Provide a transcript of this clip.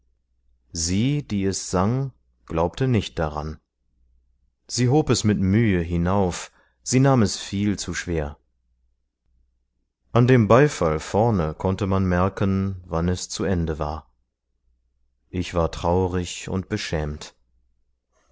sie die es sang glaubte nicht daran sie hob es mit mühe hinauf sie nahm es viel zu schwer an dem beifall vorne konnte man merken wann es zu ende war ich war traurig und beschämt